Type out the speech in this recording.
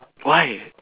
why